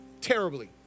terribly